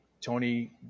Tony